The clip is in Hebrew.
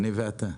אני ואתה.